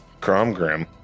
cromgrim